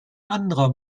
anderer